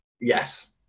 yes